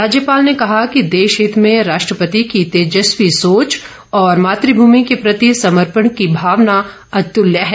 राज्यपाल ने कहा कि देशहित में राष्ट्रपति की तेजस्वी सोच और मात्रभूमि के प्रति समर्पण की भावना अतुल्य है